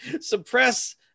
suppress